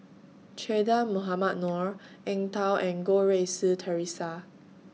Che Dah Mohamed Noor Eng Tow and Goh Rui Si Theresa